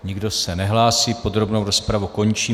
Nikdo se nehlásí, podrobnou rozpravu končím.